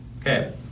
Okay